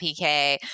PK